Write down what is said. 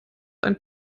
ein